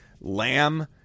Lamb